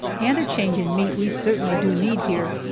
and a change in meat we certainly do need here,